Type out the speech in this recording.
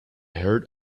heard